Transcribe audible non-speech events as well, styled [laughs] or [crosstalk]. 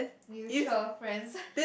mutual friends [laughs]